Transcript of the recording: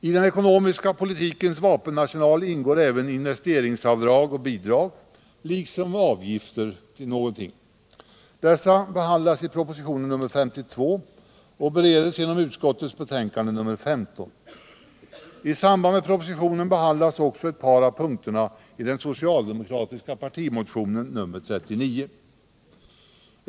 I den ekonomiska politikens vapenarsenal ingår även investeringsavdrag och bidrag liksom avgifter. Dessa behandlas i proposition nr 52 och beredes genom utskottets betänkande nr 15. I samband med propositionen behandlas också ett par av punkterna i den socialdemokratiska partimotionen nr 39.